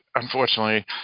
unfortunately